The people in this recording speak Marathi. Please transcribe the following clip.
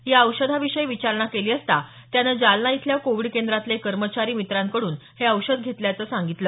या औषधाविषयी विचारणा केली असता त्यानं जालना इथल्या कोविड केंद्रातले कर्मचारी मित्रांकडून हे औषध घेतल्याचं सांगितलं